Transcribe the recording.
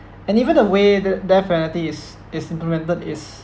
and even the way the death penalty is is implemented is